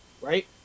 right